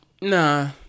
nah